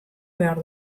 behar